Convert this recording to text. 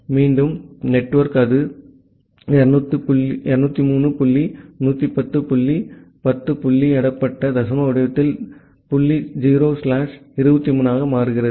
மின் நெட்வொர்க் அது மீண்டும் 203 புள்ளி 110 புள்ளி 10 புள்ளியிடப்பட்ட தசம வடிவத்தில் டாட் 0 ஸ்லாஷ் 23 ஆக மாறுகிறது